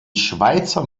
schweizer